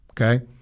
okay